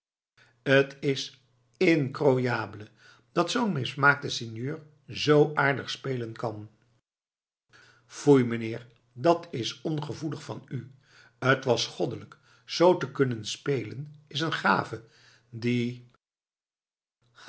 t is incroyable dat zoo'n mismaakte sinjeur zoo aardig spelen kan foei mijnheer dat's ongevoelig van u t was goddelijk z te kunnen spelen is een gave die